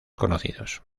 conocidos